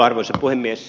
arvoisa puhemies